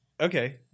Okay